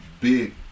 big